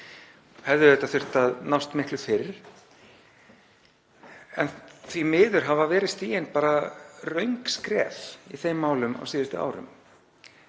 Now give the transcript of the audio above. hefðu auðvitað átt að nást miklu fyrr en því miður hafa verið stigin röng skref í þeim málum á síðustu árum.